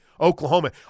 Oklahoma